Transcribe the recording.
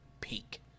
peak